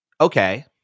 okay